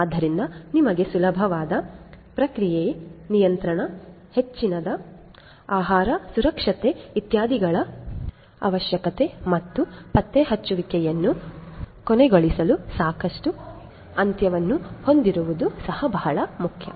ಆದ್ದರಿಂದ ನಿಮಗೆ ಸುಲಭವಾದ ಪ್ರಕ್ರಿಯೆ ನಿಯಂತ್ರಣ ಹೆಚ್ಚಿದ ಆಹಾರ ಸುರಕ್ಷತೆ ಇತ್ಯಾದಿಗಳು ಅವಶ್ಯಕೆತೆ ಮತ್ತು ಪತ್ತೆಹಚ್ಚುವಿಕೆಯನ್ನು ಕೊನೆಗೊಳಿಸಲು ಸಾಕಷ್ಟು ಅಂತ್ಯವನ್ನು ಹೊಂದಿರುವುದು ಸಹ ಬಹಳ ಮುಖ್ಯ